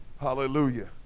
Hallelujah